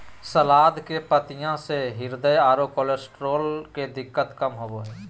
सलाद के पत्तियाँ से हृदय आरो कोलेस्ट्रॉल के दिक्कत कम होबो हइ